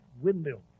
windmill